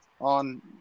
On